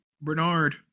Bernard